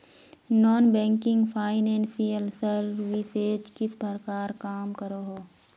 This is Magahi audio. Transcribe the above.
नॉन बैंकिंग फाइनेंशियल सर्विसेज किस प्रकार काम करोहो?